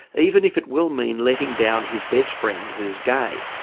even if it will mean letting down his best friend who's gay.